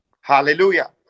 hallelujah